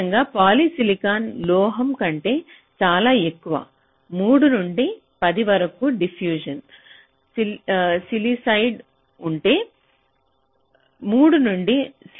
అదేవిధంగా పాలిసిలికాన్ లోహం కంటే చాలా ఎక్కువ 3 నుండి 10 వరకు డిఫ్యూషన్ సిల్లిసైడ్ ఉంటే 3 నుండి